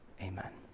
Amen